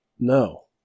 No